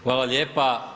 Hvala lijepa.